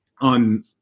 on